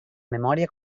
memòria